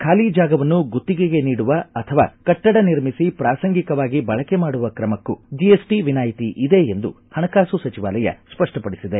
ಖಾಲಿ ಜಾಗವನ್ನು ಗುತ್ತಿಗೆಗೆ ನೀಡುವ ಅಥವಾ ಕಟ್ಷಡ ನಿರ್ಮಿಸಿ ಪ್ರಾಸಂಗಿಕವಾಗಿ ಬಳಕೆ ಮಾಡುವ ಕ್ರಮಕ್ಕೂ ಜಿಎಸ್ಟಿ ವಿನಾಯಿತಿ ಇದೆ ಎಂದು ಪಣಕಾಸು ಸಚಿವಾಲಯ ಸ್ಪಷ್ಟಪಡಿಸಿದೆ